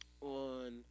On